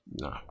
no